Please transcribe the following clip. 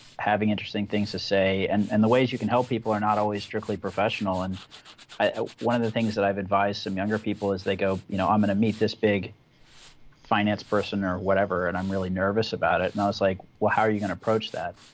having interesting things to say. and and the ways you can help people are not always strictly professional. and one of the things that i've advised some younger people as they go you know i'm going to meet this big finance person or whatever and i'm really nervous about it, and i was like, well, how are you going to approach that?